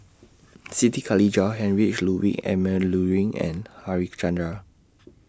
Siti Khalijah Heinrich Ludwig Emil Luering and Harichandra